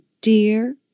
dear